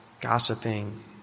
gossiping